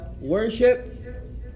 Worship